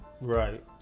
right